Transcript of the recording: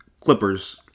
Clippers